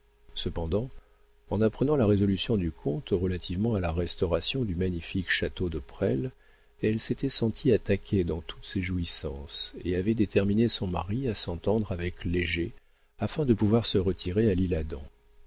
cependant en apprenant la résolution du comte relativement à la restauration du magnifique château de presles elle s'était sentie attaquée dans toutes ses jouissances et avait déterminé son mari à s'entendre avec léger afin de pouvoir se retirer à l'isle-adam